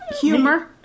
humor